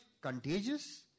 contagious